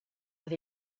that